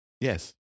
Yes